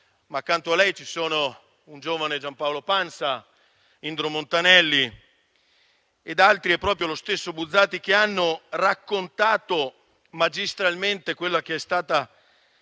accanto a lei ci sono un giovane Giampaolo Pansa, Indro Montanelli ed altri, come lo stesso Buzzati, che hanno raccontato magistralmente quella catastrofica